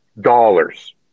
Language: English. dollars